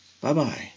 Bye-bye